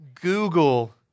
Google